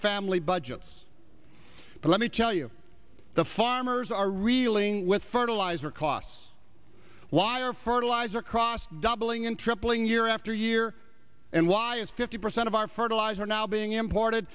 family budgets but let me tell you the farmers are reeling with fertilizer costs why are fertilizer crossed doubling and tripling year after year and why is fifty percent of our fertilizer now being imported